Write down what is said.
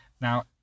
now